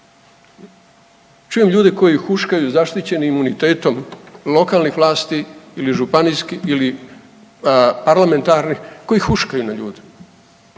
Čujem ljude koji huškaju zaštićenim imunitetom lokalnih vlasti ili županijskih ili parlamentarnih koji huškaju na ljude,